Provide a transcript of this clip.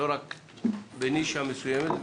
לא רק בנישה מסוימת,